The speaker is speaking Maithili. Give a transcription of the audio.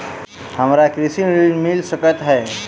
हमरा कृषि ऋण मिल सकै है?